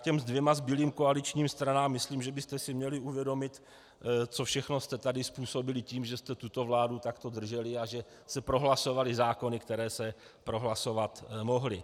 Ke dvěma zbylým koaličním stranám: myslím, že byste si měli uvědomit, co všechno jste tady způsobili tím, že jste tuto vládu takto drželi a že se prohlasovaly zákony, které se prohlasovat mohly.